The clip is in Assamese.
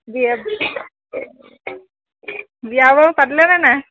বিয়া বিয়া বাৰু পাতিলেনে নে নাই